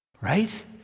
right